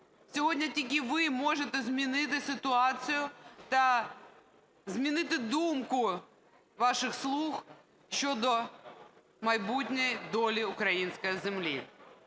Сьогодні тільки ви можете змінити ситуацію та змінити думку ваших "слуг" щодо майбутньої долі української землі.